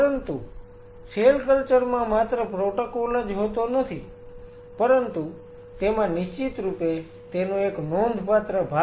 પરંતુ cell culture માં માત્ર પ્રોટોકોલ જ હોતો નથી પરંતુ તેમાં નિશ્ચિતરૂપે તેનો એક નોંધપાત્ર ભાગ છે